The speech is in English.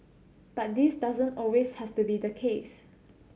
but this doesn't always have to be the case